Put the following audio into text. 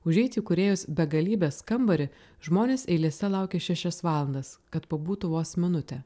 užeiti į kūrėjos begalybės kambarį žmonės eilėse laukė šešias valandas kad pabūtų vos minutę